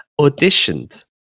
auditioned